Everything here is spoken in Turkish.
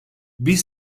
biz